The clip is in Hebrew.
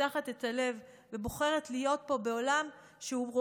שפותחת את הלב ובוחרת להיות פה בעולם שרואה,